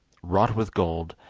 wrought with gold,